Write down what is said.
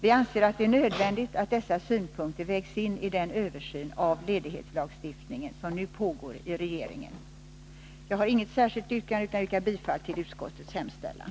Vi anser att det är nödvändigt att dessa synpunkter vägs in i den översyn av ledighetslagstiftningen som nu pågår i regeringen. Jag har inget särskilt yrkande utan yrkar bifall till utskottets hemställan.